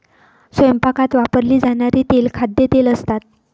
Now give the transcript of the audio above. स्वयंपाकात वापरली जाणारी तेले खाद्यतेल असतात